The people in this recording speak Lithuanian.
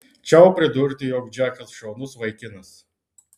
čiau pridurti jog džekas šaunus vaikinas